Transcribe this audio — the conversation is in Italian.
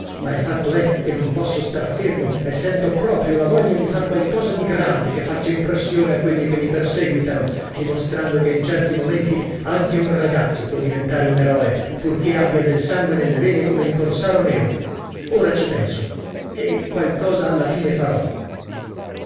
ma il fatto è che non posso star fermo e sento proprio la voglia di far qualcosa di grande che faccia impressione a quelli che mi perseguitano dimostrando che in certi momenti anche un ragazzo può diventare un eroe purché abbia del sangue nelle vene come il corsaro nero ora ci penso e qualcosa alla fine farò